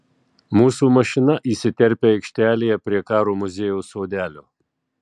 mūsų mašina įsiterpia aikštelėje prie karo muziejaus sodelio